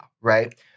right